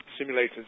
simulators